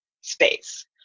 space